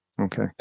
okay